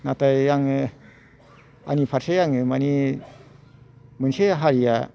नाथाय आङो आंनि फारसे आङो मानि मोनसे हारिया